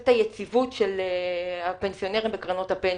את היציבות של הפנסיונרים בקרנות הפנסיה,